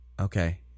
Okay